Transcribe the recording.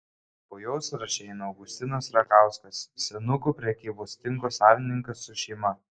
po jo sąraše eina augustinas rakauskas senukų prekybos tinko savininkas su šeima